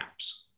apps